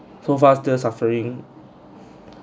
so far still suffering